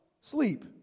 Sleep